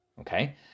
okay